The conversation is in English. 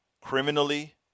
criminally